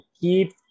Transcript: keep